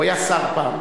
הוא היה שר פעם.